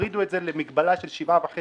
הורידו את זה למגבלה של 7.5%